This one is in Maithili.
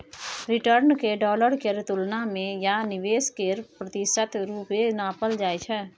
रिटर्न केँ डॉलर केर तुलना मे या निबेश केर प्रतिशत रुपे नापल जाइ छै